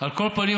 על כל פנים,